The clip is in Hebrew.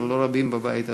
כמו לא רבים בבית הזה,